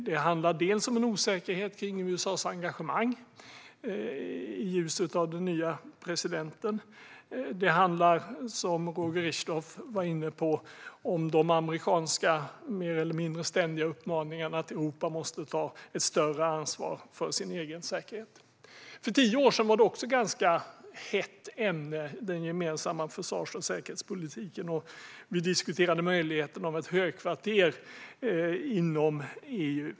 Det handlar dels om en osäkerhet kring USA:s engagemang i ljuset av den nya presidenten, och det handlar dels om, som Roger Richtoff var inne på, de amerikanska mer eller mindre ständiga uppmaningarna till Europa att ta ett större ansvar för sin egen säkerhet. För tio år sedan var den gemensamma försvars och säkerhetspolitiken också ett ganska hett ämne, och vi diskuterade möjligheten av ett högkvarter inom EU.